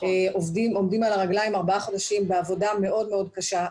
עומדים על הרגליים ארבעה חודשים בעבודה מאוד מאוד קשה,